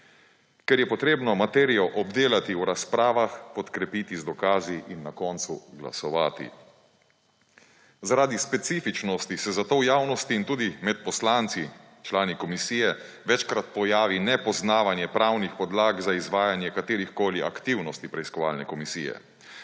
ker je treba materijo obdelati v razpravah, podkrepiti z dokazi in na koncu glasovati. Zaradi specifičnosti se zato v javnosti in tudi med poslanci – člani komisije večkrat pojavi nepoznavanje pravnih podlag za izvajanje katerihkoli aktivnosti preiskovalne komisije.